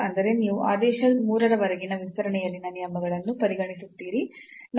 ಅಂದರೆ ನೀವು ಆದೇಶ 3 ರವರೆಗಿನ ವಿಸ್ತರಣೆಯಲ್ಲಿನ ನಿಯಮಗಳನ್ನು ಪರಿಗಣಿಸುತ್ತೀರಿ